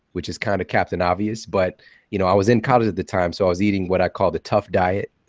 which is kind of captain obvious. but you know i was in college at the time, so i was eating what i call the tough diet,